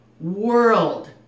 world